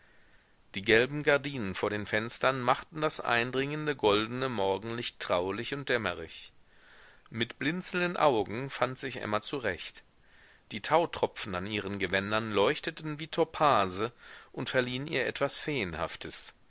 die gelben gardinen vor den fenstern machten das eindringende goldene morgenlicht traulich und dämmerig mit blinzelnden augen fand sich emma zurecht die tautropfen an ihren gewändern leuchteten wie topase und verliehen ihr etwas feenhaftes